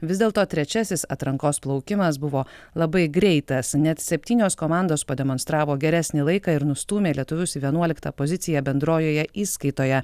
vis dėlto trečiasis atrankos plaukimas buvo labai greitas net septynios komandos pademonstravo geresnį laiką ir nustūmė lietuvius į vienuoliktą poziciją bendrojoje įskaitoje